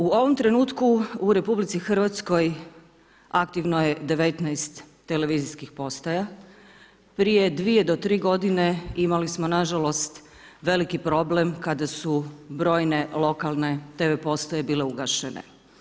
U ovom trenutku u RH aktivno je 19 televizijskih postaja, prije 2 do 3 godine imali smo nažalost veliki problem kada su brojne lokalne tv postaje bile ugašene.